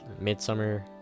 midsummer